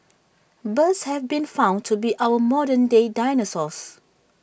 birds have been found to be our modern day dinosaurs